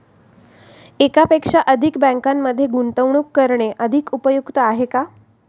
एकापेक्षा अधिक बँकांमध्ये गुंतवणूक करणे अधिक उपयुक्त आहे का?